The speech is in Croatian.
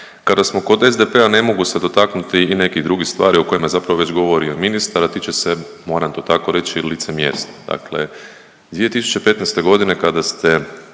Kada smo kod SDP-a ne mogu se dotaknuti i nekih drugih stvari o kojima je zapravo već govorio i ministar, a tiče se moram to tako reći licemjerstva. Dakle, 2015. kada ste